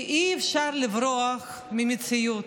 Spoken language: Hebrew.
כי אי-אפשר לברוח מהמציאות,